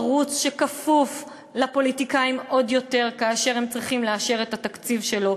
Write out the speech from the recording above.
ערוץ שכפוף לפוליטיקאים עוד יותר כאשר הם צריכים לאשר את התקציב שלו,